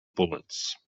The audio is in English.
bullets